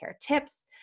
tips